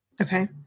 Okay